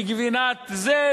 וגבינת זה,